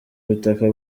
butaka